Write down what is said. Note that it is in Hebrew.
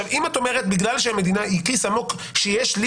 אם את אומרת בגלל שהמדינה היא כיס עמוק שיש לי